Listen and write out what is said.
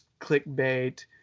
clickbait